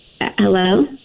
Hello